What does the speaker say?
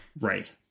Right